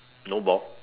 no ball